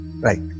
Right